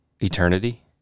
eternity